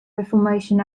reformation